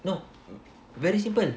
no very simple